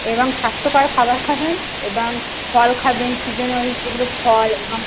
এবং স্বাস্থ্যকর খাবার খাবেন এবং ফল খাবেন সিজেনাল যেগুলো ফল এবং